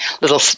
little